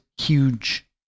huge